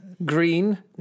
Green